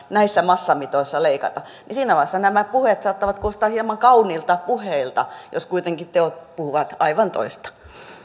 näissä massamitoissa leikata niin siinä vaiheessa nämä puheet saattavat kuulostaa hieman kauniilta puheilta jos kuitenkin teot puhuvat aivan toista